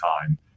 time